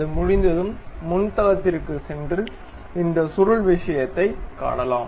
அது முடிந்ததும் முன் தளத்திற்குச் சென்று இந்த சுருள் விஷயத்தைக் காணலாம்